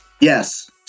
yes